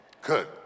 Good